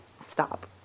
Stop